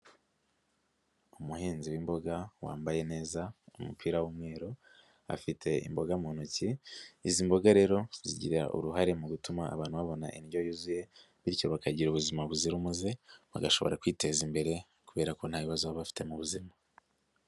Umuhinzi w'imboga wambaye neza umupira w'umweru afite imboga mu ntoki, izi mboga rero zigira uruhare mu gutuma abantu babona indyo yuzuye bityo bakagira ubuzima buzira umuze, bagashobora kwiteza imbere kubera ko nta bibazo baba bafite mu buzima.